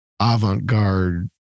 avant-garde